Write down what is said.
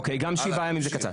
אוקיי, גם שבעה ימים זה קצר.